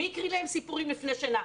מי הקריא להם סיפורים לפני שינה?